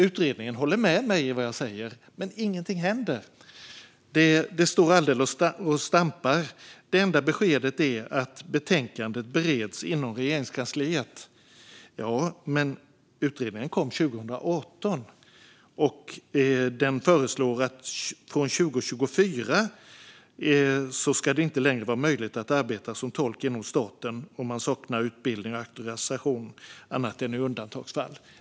Utredningen håller med om det jag säger här, men ingenting händer. Det står och stampar. Det enda beskedet är att betänkandet bereds inom Regeringskansliet. Utredningen kom alltså 2018, och den föreslår att det från 2024 inte längre ska vara möjligt att arbeta som tolk inom staten om man saknar utbildning och auktorisation, annat än i undantagsfall.